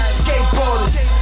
skateboarders